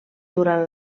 durant